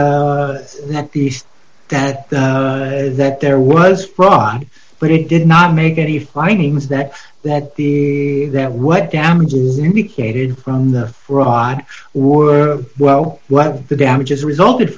piece that that there was fraud but it did not make any findings that that the that what damages indicated from the rod were well what the damages resulted